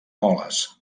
moles